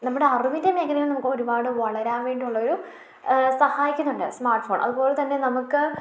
നമ്മുടെ അറിവിൻ്റെ മേഖലയിൽ നമുക്ക് ഒരുപാട് വളരാൻ വേണ്ടിയുള്ള ഒരു സഹായിക്കുന്നുണ്ട് സ്മാർട്ട് ഫോൺ അതുപോലെതന്നെ നമുക്ക്